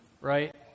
Right